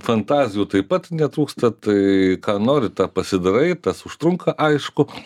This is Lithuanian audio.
fantazijų taip pat netrūksta tai ką nori tą pasidarai tas užtrunka aišku